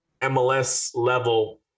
MLS-level